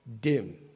dim